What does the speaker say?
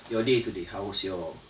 your day today how was your